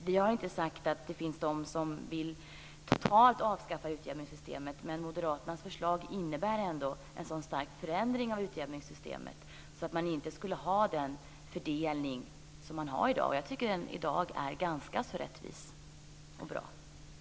Vi har inte sagt att det finns de som totalt vill avskaffa utjämningssystemet men Moderaternas förslag innebär en så stark förändring av utjämningssystemet att det inte skulle bli den fördelning som man har i dag. Jag tycker att den i dag är ganska rättvis och bra.